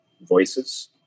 voices